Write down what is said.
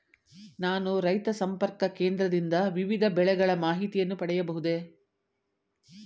ನಾನು ರೈತ ಸಂಪರ್ಕ ಕೇಂದ್ರದಿಂದ ವಿವಿಧ ಬೆಳೆಗಳ ಮಾಹಿತಿಯನ್ನು ಪಡೆಯಬಹುದೇ?